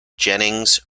jennings